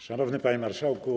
Szanowny Panie Marszałku!